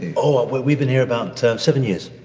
oh well, but we've been here about seven years.